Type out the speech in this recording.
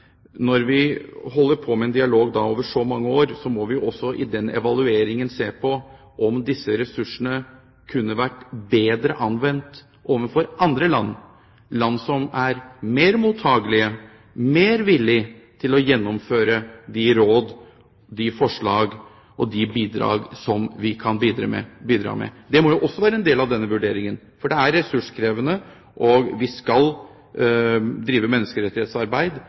når vi har hatt en dialog over så mange år, må vi også i evalueringen se på om disse ressursene kunne vært bedre anvendt overfor andre land, land som er mer mottakelig, mer villig, til å gjennomføre de råd, de forslag og de bidrag som vi kan komme med. Det må jo også være en del av vurderingen. For det er ressurskrevende å drive menneskerettighetsarbeid – og det skal